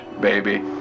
baby